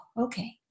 okay